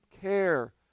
care